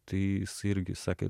tai jisai irgi sakė